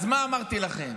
אז מה אמרתי לכם?